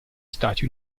stati